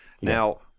now